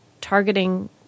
targeting